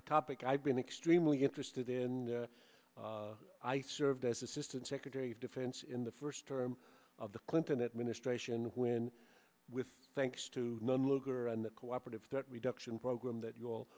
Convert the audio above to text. a topic i've been extremely interested in i served as assistant secretary of defense in the first term of the clinton administration when with thanks to the lugar on the cooperative threat reduction program that you all